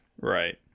Right